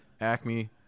acme